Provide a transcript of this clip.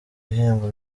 bihembo